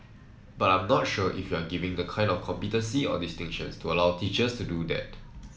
but I'm not sure if we're giving the kind of competency or distinctions to allow teachers to do that